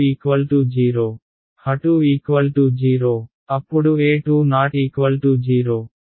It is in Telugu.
H20 అప్పుడు E2 0